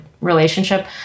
relationship